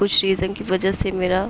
کچھ ریزن کی وجہ سے میرا